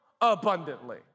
abundantly